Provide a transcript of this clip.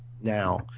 Now